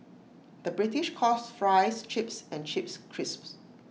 the British calls Fries Chips and Chips Crisps